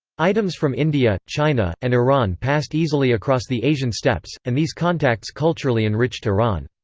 items from india, china, and iran passed easily across the asian steppes, and these contacts culturally enriched iran.